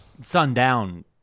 sundown